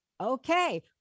okay